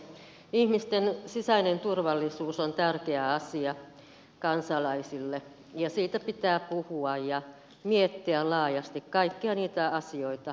ihmisten sisäinen turvallisuus on tärkeä asia kansalaisille ja siitä pitää puhua ja miettiä laajasti kaikkia niitä asioita jotka vaikuttavat yhteiskunnan turvallisuuteen